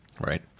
Right